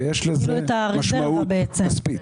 ויש לזה משמעות כספית.